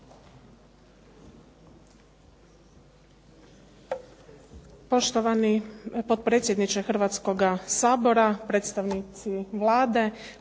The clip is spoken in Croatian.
Poštovani potpredsjedniče Hrvatskoga sabora, predstavnici Vlade,